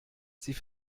sie